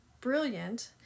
brilliant